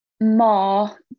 more